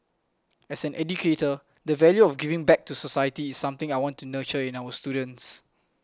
as an educator the value of giving back to society is something I want to nurture in our students